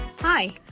Hi